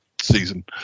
season